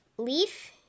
Leaf